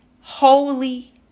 holy